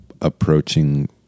approaching